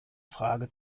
frage